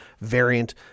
variant